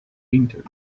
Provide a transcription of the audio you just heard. winteruur